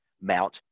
Mount